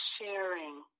sharing